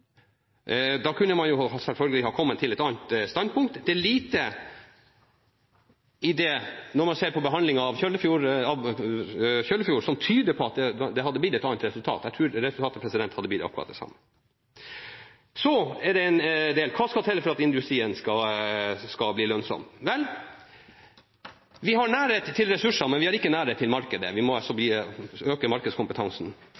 Da kunne man ha kommet til et annet standpunkt. Det er lite, når man ser på behandlingen av Kjøllefjord, som tyder på at det hadde blitt et annet resultat. Jeg tror resultatet hadde blitt akkurat det samme. Hva skal til for at industrien skal bli lønnsom? Vel, vi har nærhet til ressursene, men vi har ikke nærhet til markedet. Vi må altså